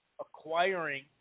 acquiring